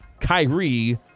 Kyrie